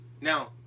Now